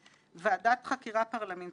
בצירוף עמדת מיעוט, אם הייתה,